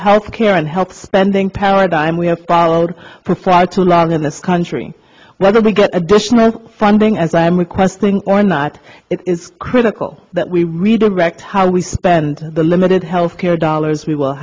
health care and health spending paradigm we have followed for far too long in this country whether we get additional funding as i am requesting or not it is critical that we redirect how we spend the limited healthcare dollars we will